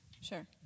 sure